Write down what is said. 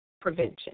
Prevention